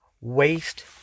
waste